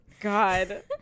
God